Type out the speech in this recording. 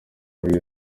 muri